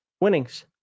winnings